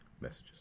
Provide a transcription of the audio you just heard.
messages